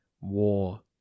War